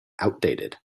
outdated